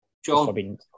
John